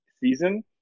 season